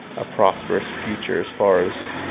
a prosperous future as far as,